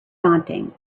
daunting